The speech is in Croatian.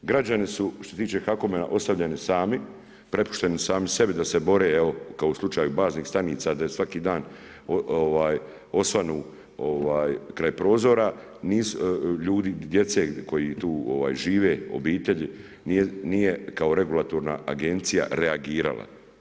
Građani su što se tiče HAKOM-a ostavljeni sami, prepušteni sami sebi da se bore, evo, kao u slučaju baznih stanica, da je svaki dan osvanu kraj prozori, ljudi, djece koji tu žive, nije kao regulativna agencija reagirala.